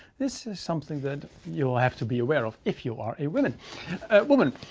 this is something that you'll have to be aware of if you are a woman, a woman,